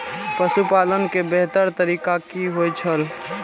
पशुपालन के बेहतर तरीका की होय छल?